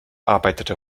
arbeitete